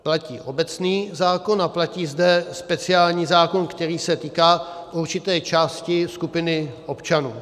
Platí obecný zákon a platí zde speciální zákon, který se týká určité části, skupiny občanů.